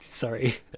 Sorry